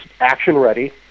action-ready